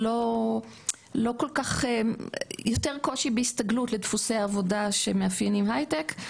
יותר קושי בהסתגלות לדפוסי עבודה שמאפיינים הייטק.